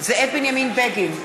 זאב בנימין בגין,